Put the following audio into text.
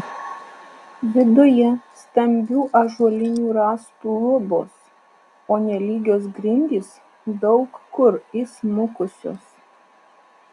viduje stambių ąžuolinių rąstų lubos o nelygios grindys daug kur įsmukusios